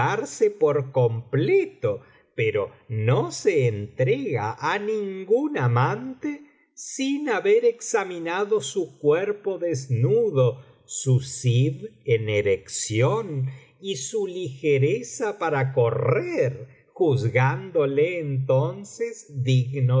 por completo pero no se entrega á ningún amante sin haber examinado su cuerpo desnudo su zib en erección y su ligereza para correr juzgándole entonces digno de